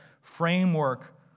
framework